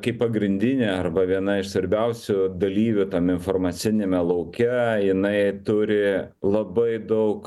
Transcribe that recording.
kaip pagrindinė arba viena iš svarbiausių dalyvių tam informaciniame lauke jinai turi labai daug